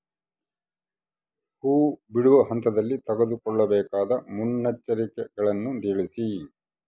ಹೂ ಬಿಡುವ ಹಂತದಲ್ಲಿ ತೆಗೆದುಕೊಳ್ಳಬೇಕಾದ ಮುನ್ನೆಚ್ಚರಿಕೆಗಳನ್ನು ತಿಳಿಸಿ?